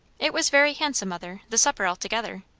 it was very handsome, mother, the supper altogether.